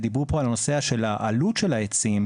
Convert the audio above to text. ודיברו פה על הנושא של העלות של העצים,